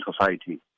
society